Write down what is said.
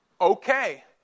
Okay